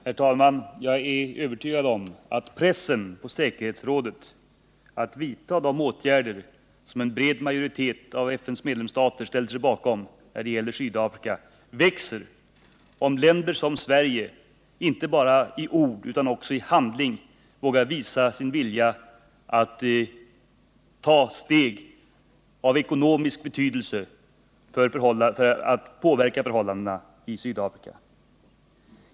Herr talman! Jag är övertygad om att pressen på säkerhetsrådet att vidta de åtgärder som en bred majoritet av FN:s medlemsstater ställt sig bakom när det gäller Sydafrika växer, om länder som Sverige inte bara i ord utan också i handling vågar visa sin vilja att ta steg av ekonomisk betydelse för att därigenom påverka förhållandena i Sydafrika.